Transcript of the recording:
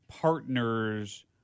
partners